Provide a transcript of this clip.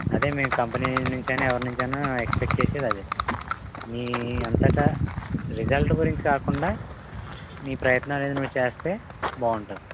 అదే మేం కంపెనీ నుం నుంచయినా ఎవరి నుంచయినా ఎక్సపర్ట్ చేసేది అదే నీ అంతట రిసల్ట్ గురించి కాకుండా నీ ప్రయత్నమనేది నువ్వు చేస్తే బాగుంటుంది